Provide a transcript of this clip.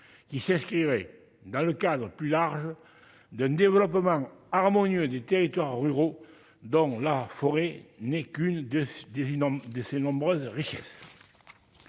qui irait dans le cadre est plus large d'un développement harmonieux du territoire ruraux dont la forêt n'est qu'une des énormes de ses nombreuses richesses.